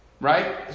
Right